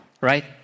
right